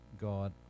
God